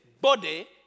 body